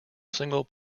single